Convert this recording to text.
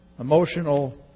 Emotional